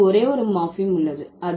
இதற்கு ஒரே ஒரு மார்பீம் உள்ளது